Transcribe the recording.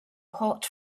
hot